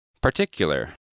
Particular